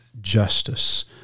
justice